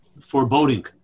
foreboding